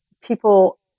people